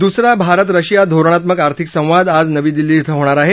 दुसरा भारत रशिया धोरणात्मक आर्थिक संवाद आज नवी दिल्ली क्वें होणार आहे